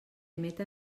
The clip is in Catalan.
emeta